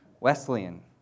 Wesleyan